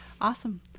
Awesome